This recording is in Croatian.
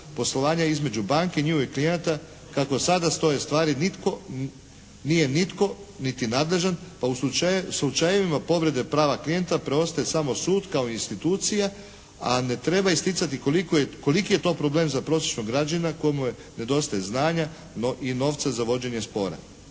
poslovanja između banki i njihovih klijenata kako sada stoje stvari nije nitko niti nadležan, pa u slučajevima povrede prava klijenta preostaje samo sud kao institucija, a ne treba isticati koliki je to problem za prosječnog građana kojemu nedostaje znanja i novca za vođenje spora.